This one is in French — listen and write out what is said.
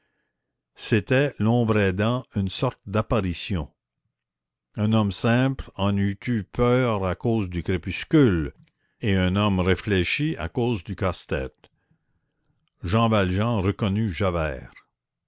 c'était l'ombre aidant une sorte d'apparition un homme simple en eût eu peur à cause du crépuscule et un homme réfléchi à cause du casse-tête jean valjean reconnut javert